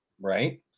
right